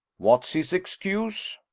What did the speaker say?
what's his excuse?